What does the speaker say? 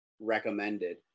recommended